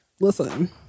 Listen